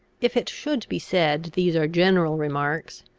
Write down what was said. if it should be said these are general remarks,